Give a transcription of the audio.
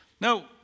Now